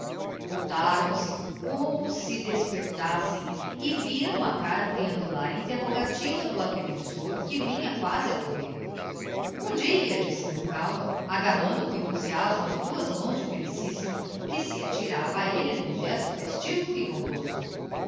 botam voltaram se como si despertassem e viram a cara triangular e interrogativa do agrimensor que vinha quasi a correr bom dia disse milkau agarrando com enthuíiasmo as duas mãos de fclicissimo que se atirava a elle n'um gesto festivo e bondoso